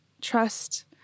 trust